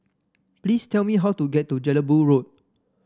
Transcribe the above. please tell me how to get to Jelebu Road